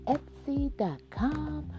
Etsy.com